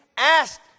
Asked